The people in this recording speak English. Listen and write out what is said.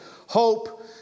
Hope